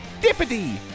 Dippity